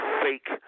fake